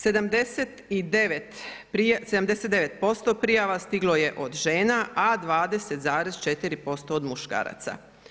79% prijava stiglo je od žena, a 20,4% od muškaraca.